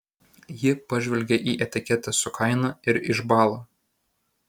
ji pažvelgia į etiketę su kaina ir išbąla